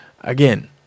again